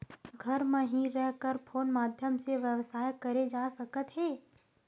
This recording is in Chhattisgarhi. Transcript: घर म हि रह कर कोन माध्यम से व्यवसाय करे जा सकत हे?